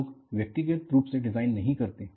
लोग व्यक्तिगत रूप से डिज़ाइन नहीं करते हैं